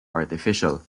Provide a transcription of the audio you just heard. artificial